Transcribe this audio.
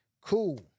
Cool